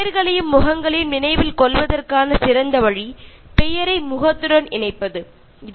പേരുകളെയും ആളുകളെയും ഓർക്കുന്നതിനു മറ്റൊരു നല്ല മാർഗ്ഗം എന്ന് പറയുന്നത് അവരുടെ പേര് അവരുടെ മുഖവുമായി ബന്ധിപ്പിക്കുക എന്നതാണ്